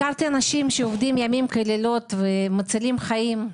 הכרתי אנשים שעובדים לילות כימים ומצילים חיים,